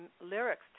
lyrics